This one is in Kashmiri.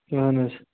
اہن حظ